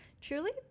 truly